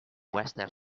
western